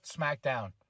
SmackDown